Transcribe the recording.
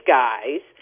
guys